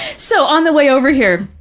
so on the way over here,